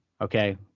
okay